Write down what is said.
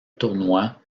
tournoi